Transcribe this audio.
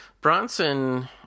Bronson